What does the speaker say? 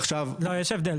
לא, יש הבדל.